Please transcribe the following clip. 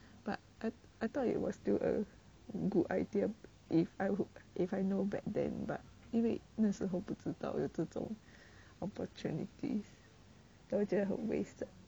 but I thought it was still a good idea if I if I know back then but 因为那时后不知道有这种 opportunities 就觉得很 wasted